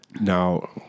Now